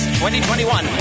2021